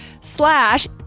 slash